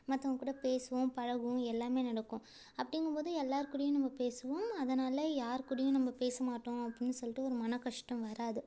மத்தவங்க கூட பேசுவோம் பழகுவோம் எல்லாமே நடக்கும் அப்படிங்கும்போது எல்லார்கூடடியும் நம்ம பேசுவோம் அதனால் யாருகூடயும் நம்ம பேச மாட்டோம் அப்புடின்னு சொல்லிட்டு ஒரு மனக்கஷ்டம் வராது